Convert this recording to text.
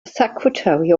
secretary